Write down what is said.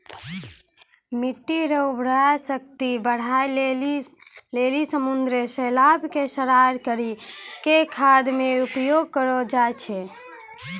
मिट्टी रो उर्वरा शक्ति बढ़ाए लेली समुन्द्री शैलाव के सड़ाय करी के खाद मे उपयोग करलो जाय छै